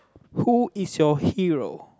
who is your hero